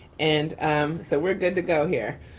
and so we're good to go here.